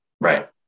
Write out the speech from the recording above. right